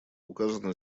указано